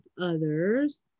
others